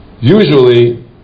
usually